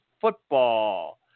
football